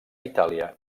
itàlia